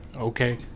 Okay